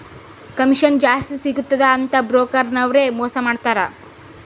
commission ಜಾಸ್ತಿ ಸಿಗ್ತುದ ಅಂತ್ ಬ್ರೋಕರ್ ನವ್ರೆ ಮೋಸಾ ಮಾಡ್ತಾರ್